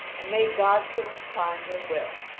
and may god so incline your will!